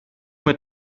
mit